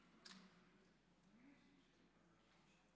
ונתחדשה בשעה 10:14.)